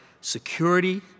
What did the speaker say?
security